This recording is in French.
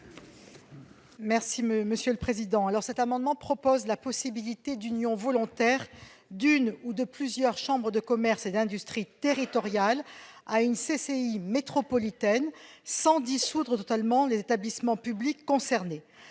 Mme Dominique Estrosi Sassone. Cet amendement vise à rendre possible l'union volontaire d'une ou de plusieurs chambres de commerce et d'industrie territoriales à une CCI métropolitaine, sans dissoudre totalement les établissements publics concernés.